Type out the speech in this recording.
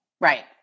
right